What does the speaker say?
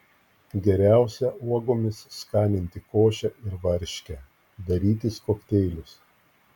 geriausia uogomis skaninti košę ir varškę darytis kokteilius